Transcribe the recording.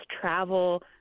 travel